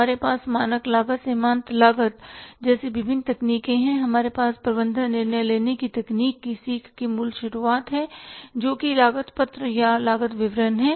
हमारे पास मानक लागत सीमांत लागत जैसी विभिन्न तकनीकें हैं हमारे पास प्रबंधन निर्णय लेने की तकनीक की सीख की मूल शुरुआत है जोकि लागत पत्र या लागत विवरण है